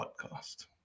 podcast